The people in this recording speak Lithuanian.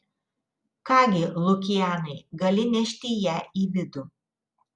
ką gi lukianai gali nešti ją į vidų